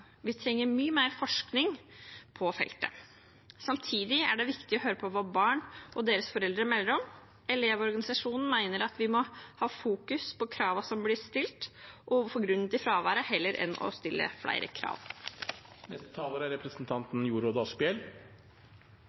Vi trenger mye mer forskning på feltet. Samtidig er det viktig å høre på hva barn og deres foreldre melder om. Elevorganisasjonen mener vi må fokusere på kravene som blir stilt, og grunnen til fraværet, heller enn å stille flere krav. Det er